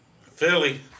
Philly